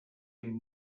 amb